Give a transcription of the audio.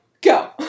go